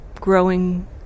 growing